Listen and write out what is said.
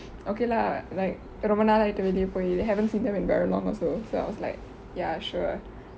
okay lah like ரொம்ப நாளாயிட்டு வெளியெ போய்:rombe naalaitu veliye poi haven't seen them in very long also so I was like ya sure